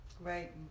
Right